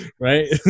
Right